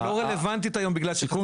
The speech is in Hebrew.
היא לא רלוונטית היום בגלל --- בסיכום